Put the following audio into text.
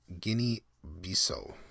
Guinea-Bissau